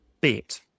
bit